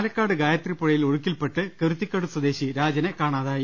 പാലക്കാട് ഗായത്രി പുഴയിൽ ഒഴുക്കിൽ പെട്ട് കുരുത്തിക്കോട് സ്വദേശി രാജനെ കാണാതായി